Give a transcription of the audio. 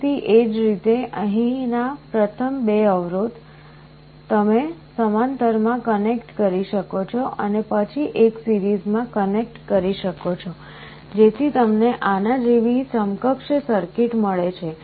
ફરીથી એ જ રીતે અહીંના પ્રથમ 2 અવરોધ તમે સમાંતરમાં કનેક્ટ કરી શકો છો અને પછી એક સિરીઝમાં કનેક્ટ કરી શકો છો જેથી તમને આના જેવી સમકક્ષ સર્કિટ મળે છે